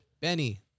Benny